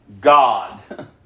God